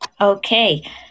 Okay